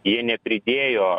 jei nepridėjo